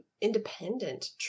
independent